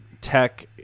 tech